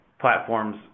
platforms